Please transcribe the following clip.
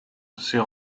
ses